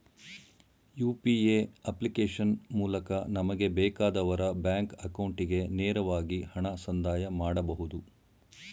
UPA application ಮೂಲಕ ನಮಗೆ ಬೇಕಾದವರ ಬ್ಯಾಂಕ್ ಅಕೌಂಟಿಗೆ ನೇರವಾಗಿ ಹಣ ಸಂದಾಯ ಮಾಡಬಹುದು